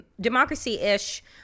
Democracy-ish